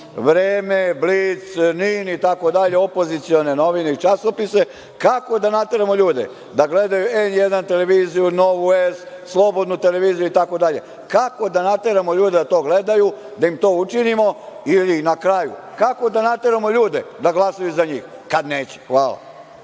„Vreme“, „Blic“, „NIN“ itd. opozicione novine i časopise, kako da nateramo ljude da gledaju N1 televiziju, Nova S, Slobodnu TV itd? kako da nateramo ljude da to gledaju, da im to učinimo ili na kraju kako da nateramo ljude da glasaju za njih kada neće? Hvala.